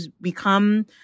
become